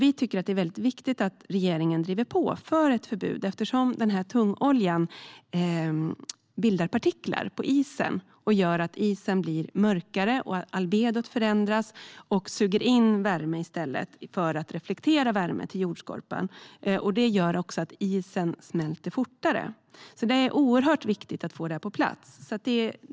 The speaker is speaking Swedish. Vi tycker att det är väldigt viktigt att regeringen driver på för ett förbud, eftersom tungoljan bildar partiklar på isen och gör att isen blir mörkare och att albedot förändras, så att värme sugs in i stället för att reflekteras till jordskorpan. Det gör också att isen smälter fortare. Det är alltså oerhört viktigt att få detta på plats.